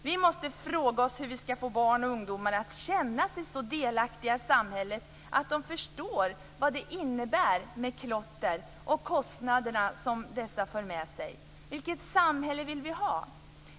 Vi måste fråga oss hur vi skall få barn och ungdomar att känna sig så delaktiga i samhället att de förstår vad det innebär med klotter och kostnaderna som dessa för med sig. Vilket samhälle vill vi ha?